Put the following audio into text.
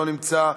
לא נמצא,